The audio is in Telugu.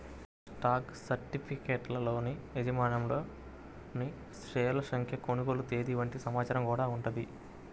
స్టాక్ సర్టిఫికెట్లలో యాజమాన్యంలోని షేర్ల సంఖ్య, కొనుగోలు తేదీ వంటి సమాచారం గూడా ఉంటది